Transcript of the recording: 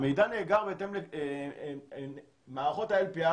מערכות ה-LPR